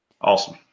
Awesome